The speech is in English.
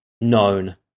known